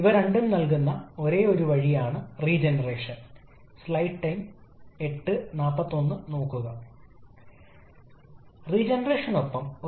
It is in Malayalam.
നമ്മൾ ഇതിനകം തന്നെ ഇത് ചർച്ചചെയ്തത് കാണാൻ കഴിയുന്ന അതേ കാര്യം ഇത് പവർ